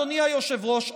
אדוני היושב-ראש,